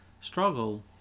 struggle